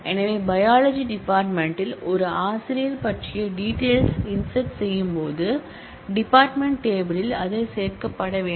எனவே biology department யில் ஒரு ஆசிரியர் பற்றிய டீடெயில்ஸ் இன்ஸெர்ட் செய்யும்போது டிபார்ட்மென்ட் டேபிள் யில் அது சேர்க்கப்பட வேண்டும்